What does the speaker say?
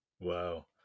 wow